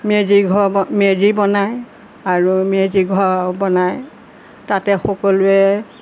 মেজিঘৰ মেজি বনায় আৰু মেজিঘৰ বনাই তাতে সকলোৱে